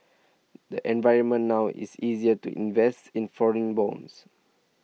the environment now is easier to invest in foreign bonds